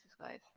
guys